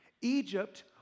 Egypt